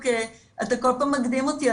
ואתה כל פעם מקדים אותי,